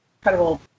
incredible